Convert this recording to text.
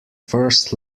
first